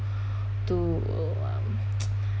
to uh um